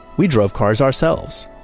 we drove cars ourselves.